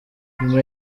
nyuma